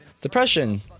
Depression